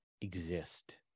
exist